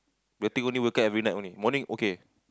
waiting only wake up every night one morning okay